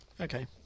Okay